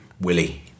Willy